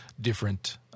different